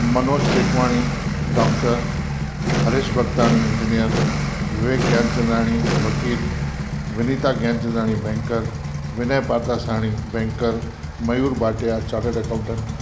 Manoj Tekwani doctor Haresh Bhagtani engineer Vivek Gyanchandani वकील Vinita Gyanchandani banker Vinay Pardashani banker Mayur Bhatia chartered accountant